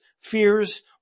fears